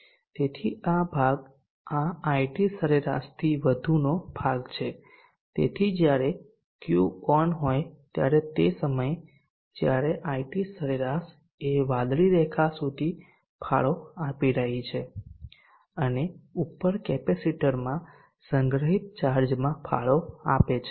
તેથી આ ભાગ આ IT સરેરાશથી વધુનો ભાગ છે તેથી જ્યારે Q ઓન હોય ત્યારે તે સમયે જ્યારે IT સરેરાશ એ વાદળી રેખા સુધી ફાળો આપી રહી છે અને ઉપર કેપેસિટરમાં સંગ્રહિત ચાર્જમાં ફાળો આપે છે